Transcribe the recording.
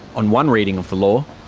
on one reading of the law,